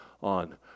on